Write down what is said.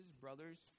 brothers